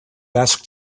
asked